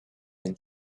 than